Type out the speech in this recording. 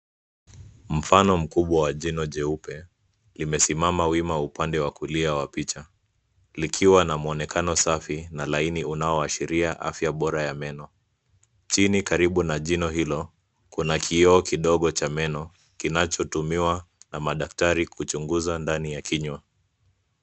Mfano mkubwa wa jino jeupe imesimama wima upande wa kulia wa picha likiwa na mwonekano safi na laini unaoshiria afya bora ya meno. Chini karibu na jino hilo kuna kioo kidogo cha meno kinachotumiwa na madaktari kuchunguza ndani ya kinywa.